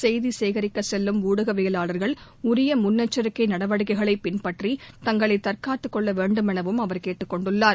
செய்தி சேகரிக்க செல்லும் ஊடகவியவாளர்கள் உரிய முன்னெச்சரிக்கை நடவடிக்கைகளை பின்பற்றி தங்களை தற்காத்துக்கொள்ள வேண்டும் எனவும் அவர் கேட்டுக் கொண்டுள்ளார்